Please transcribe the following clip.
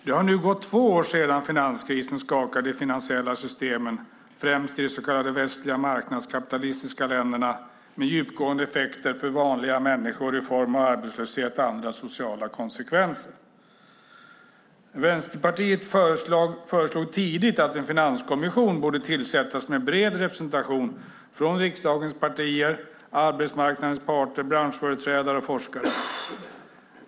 Det har gått två år sedan finanskrisen skakade de finansiella systemen, främst i de så kallade västliga marknadskapitalistiska länderna, med djupgående effekter för vanliga människor i form av arbetslöshet och andra sociala konsekvenser. Vänsterpartiet föreslog tidigt att en finanskommission borde tillsättas med bred representation från riksdagens partier, arbetsmarknadens parter, branschföreträdare och forskare.